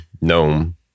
gnome